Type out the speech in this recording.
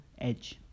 edge